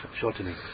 shortening